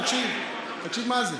תקשיב מה זה: